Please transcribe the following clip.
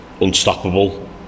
unstoppable